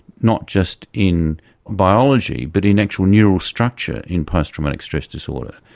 not just in biology but in actual neural structure in post-traumatic stress disorder.